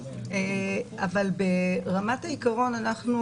אבל ברמת העיקרון אנחנו